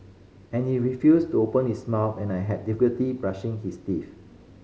and he refused to open his mouth and I had difficulty brushing his teeth